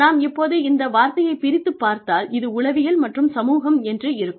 நாம் இப்போது இந்த வார்த்தையைப் பிரித்துப் பார்த்தால் இது உளவியல் மற்றும் சமூகம் என்று இருக்கும்